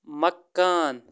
مکان